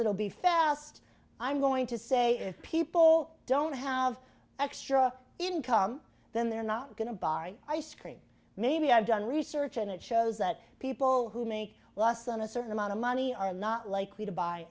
it'll be fast i'm going to say if people don't have extra income then they're not going to buy ice cream maybe i've done research and it shows that people who make less than a certain amount of money are not likely to buy